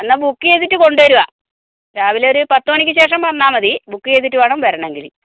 എന്നാൽ ബുക്ക് ചെയ്തിട്ട് കൊണ്ടുവരിക രാവിലെ ഒരു പത്ത് മണിക്ക് ശേഷം വന്നാൽ മതി ബുക്ക് ചെയ്തിട്ട് വേണം വരണമെങ്കിൽ